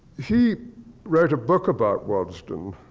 he wrote a book about waddesdon,